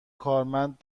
کارمند